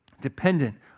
dependent